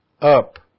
up